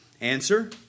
Answer